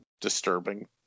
disturbing